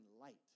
light